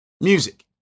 music